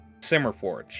Simmerforge